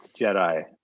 Jedi